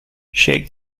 shake